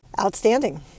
Outstanding